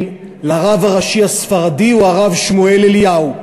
לכהונת הרב הראשי הספרדי הוא הרב שמואל אליהו,